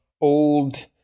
old